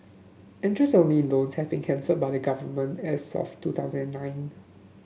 interest only loans have been cancelled by the Government as of two thousand and nine